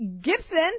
Gibson